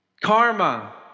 Karma